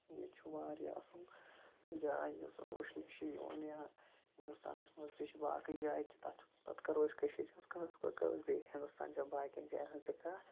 یہِ چھُ واریاہ اَصٕل جاے یوٚت زَن وٕچھنہِ چھِ یِوان یا ہِندُستانَس منٛز تہِ چھِ باقٕے جایہِ تہِ تَتھ پَتہٕ کَرو أسۍ کٔشیٖرِ ہِنٛز کَتھ گۄڈٕ کَرو أسۍ بیٚیہِ ہِندُستانچَن باقیَن جایَن ہٕنٛز کَتھ